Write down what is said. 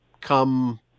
come